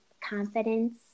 confidence